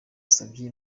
usabye